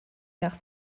tard